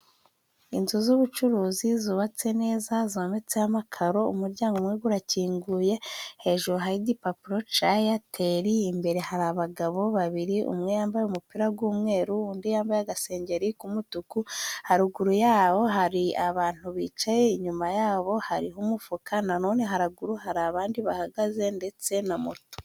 Inzu z'ubucuruzi zubatse neza zometseho amakaro umuryango umwe gurakinguye hejuru hari igipapuro ca Eyateli imbere hari abagabo babiri umwe yambaye umupira g'umweru undi yambaye agasengeri k'umutuku haruguru yaho hari abantu bicaye inyuma yabo hariho umufuka nanone haraguru hari abandi bahagaze ndetse na moto.